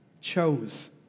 chose